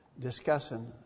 discussing